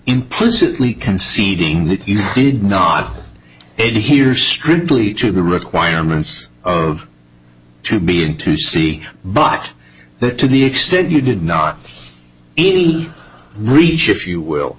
implicitly conceding you did not end here strictly to the requirements to be in to see but that to the extent you did not any reach if you will